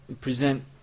present